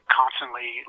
constantly